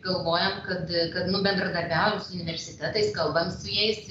galvojam kad kad kad nu bendradarbiajam su universitetais kalbant su jais